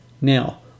Now